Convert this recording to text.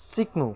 सिक्नु